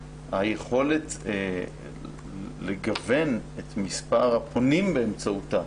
היכולת לגוון את מספר הפונים באמצעותה